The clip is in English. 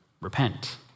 repent